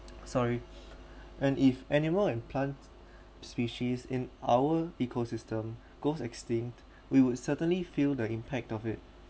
sorry and if animal and plant species in our ecosystem goes extinct we would certainly feel the impact of it